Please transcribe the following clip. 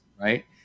right